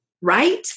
right